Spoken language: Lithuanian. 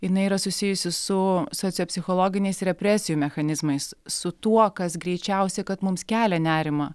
jinai yra susijusi su sociopsichologiniais represijų mechanizmais su tuo kas greičiausiai kad mums kelia nerimą